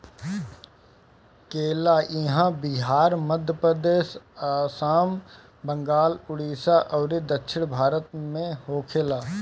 केला इहां बिहार, मध्यप्रदेश, आसाम, बंगाल, उड़ीसा अउरी दक्षिण भारत में होखेला